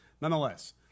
nonetheless